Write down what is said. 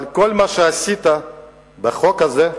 אבל כל מה שעשית בחוק הזה,